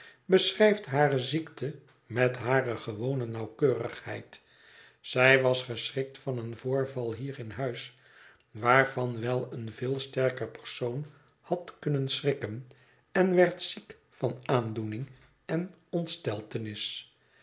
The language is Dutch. beschrijft hare ziekte met hare gewone nauwkeurigheid zij was geschrikt van een voorval hier in huis waarvan wel een veel sterker persoon had kunnen schrikken en werd ziek van aandoening en ontsteltenis